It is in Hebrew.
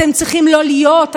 אתם צריכים לא להיות,